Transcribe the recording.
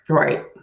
right